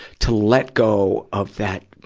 to let go of that,